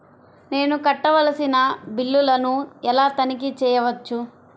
నేను కట్టవలసిన బిల్లులను ఎలా తనిఖీ చెయ్యవచ్చు?